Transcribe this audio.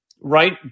right